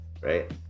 Right